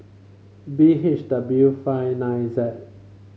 B H W five nine Z